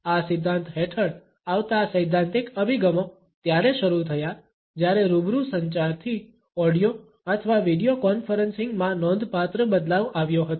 આ સિદ્ધાંત હેઠળ આવતા સૈદ્ધાંતિક અભિગમો ત્યારે શરૂ થયા જ્યારે રૂબરૂ સંચારથી ઓડિયો અથવા વીડિયો કોન્ફરન્સિંગ માં નોંધપાત્ર બદલાવ આવ્યો હતો